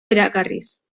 erakarriz